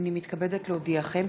הנני מתכבדת להודיעכם,